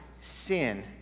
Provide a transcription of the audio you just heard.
Sin